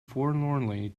forlornly